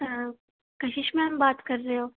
ਆਪ ਕਸ਼ੀਸ਼ ਮੈਮ ਬਾਤ ਕਰ ਰਹੇ ਹੋ